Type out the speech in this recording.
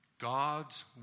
God's